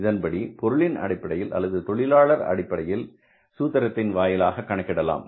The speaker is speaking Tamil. இதன்படி இது பொருளின் அடிப்படையில் அல்லது தொழிலாளர் அடிப்படையில் சூத்திரத்தை வாயிலாக கணக்கிடலாம்